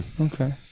Okay